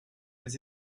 les